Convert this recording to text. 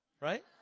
right